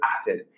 acid